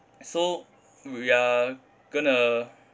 so we we are going to